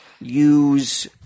use